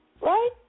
right